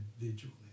individually